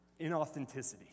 inauthenticity